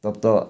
तब तऽ